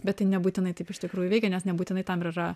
bet tai nebūtinai taip iš tikrųjų veikia nes nebūtinai tam ir yra